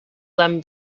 then